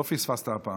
לא פספסת הפעם.